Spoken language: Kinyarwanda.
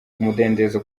umudendezo